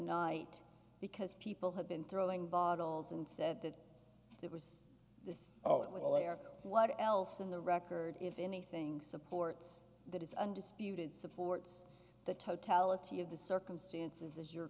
night because people have been throwing bottles and said that there was this oh it was a layer of what else in the record if anything supports that is undisputed supports the totality of the circumstances as your